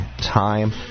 time